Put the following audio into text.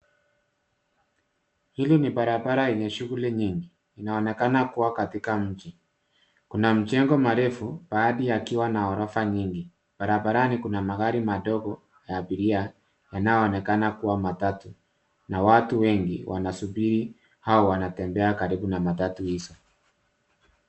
Hili ni barabara yenye shughuli nyingi, inaonekana kuwa katika mji. Kuna majengo marefu, baadhi yakiwa na ghorofa nyingi. Barabarani kuna magari madogo ya abiria, yanayoonekana kuwa matatu na watu wengi wanasubiri au wanatembea karibu na matatu hizo.